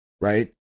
right